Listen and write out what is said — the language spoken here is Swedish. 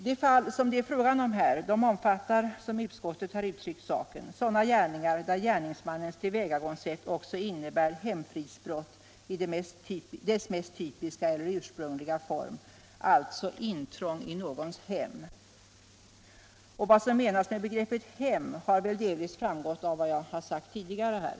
Som utskottet har uttryckt saken omfattar de fall som det här är fråga om sådana brott där gärningsmannens tillvägagångssätt också innebär hemfridsbrott i dess mest typiska eller ursprungliga form, alltså intrång i någons hem. Och vad som menas med begreppet hem har väl delvis framgått av vad jag tidigare sagt.